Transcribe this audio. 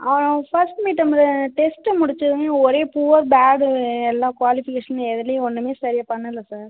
அவன் ஃபஸ்ட்டு மிட்டர்ம்ல டெஸ்ட்டு முடித்ததுமே ஒரே புவர் பேடு எல்லா குவாலிஃபிகேஷன் எதுலேயும் ஒன்றுமே சரியாக பண்ணலை சார்